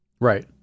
Right